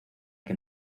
que